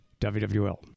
WWL